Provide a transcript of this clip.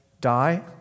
die